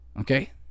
okay